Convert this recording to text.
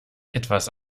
etwas